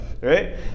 right